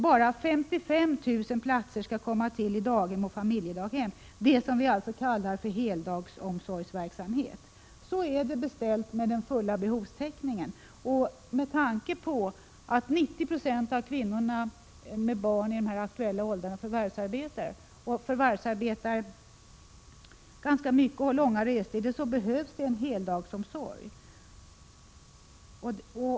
Bara 55 000 platser skall komma till i daghem och familjedaghem, dvs. s.k. heldagsomsorgsverksamhet. Så är det beställt med den fulla behovstäckningen! Med tanke på att 90 96 av kvinnorna med barn i de aktuella åldrarna förvärvsarbetar ganska mycket och har långa restider behövs det en heldagsomsorg.